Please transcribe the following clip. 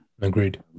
agreed